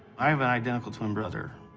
i have an identical twin brother.